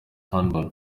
turnbull